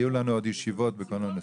יהיו לנו עוד ישיבות בכל מיני נושאים.